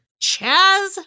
Chaz